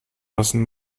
lassen